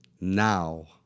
Now